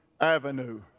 avenue